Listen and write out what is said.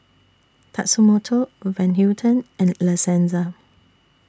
Tatsumoto Van Houten and La Senza